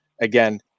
Again